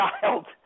child